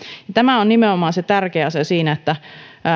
tämä on nimenomaan se tärkeä asia siinä että